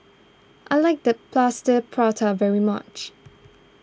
I like the Plaster Prata very much